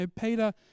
Peter